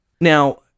Now